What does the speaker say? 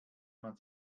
man